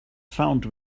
found